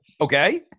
Okay